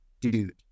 dude